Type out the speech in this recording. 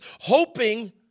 hoping